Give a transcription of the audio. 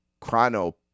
Chrono